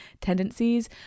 tendencies